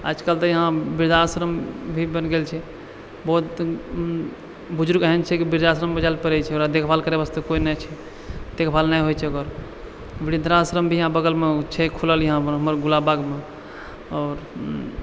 आजकल तऽ यहाँ वृद्धाश्रम भी बनि गेल छै बहुत बुजुर्ग एहन छै की वृद्धाश्रममे जाइलए पड़ै छै ओकरा देखभाल करै वास्ते कोइ नहि छै देखभाल नहि होइ छै ओकर वृद्धाश्रम भी यहाँ बगलमे छै खुलल यहाँपर हमर गुलाबबागमे आओर